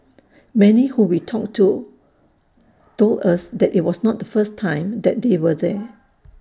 many who we talked to told us that IT was not the first time that they were there